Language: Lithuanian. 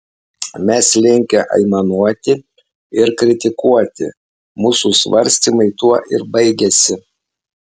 mes linkę aimanuoti ir kritikuoti mūsų svarstymai tuo ir baigiasi